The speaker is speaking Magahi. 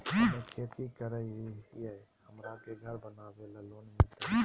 हमे खेती करई हियई, हमरा के घर बनावे ल लोन मिलतई?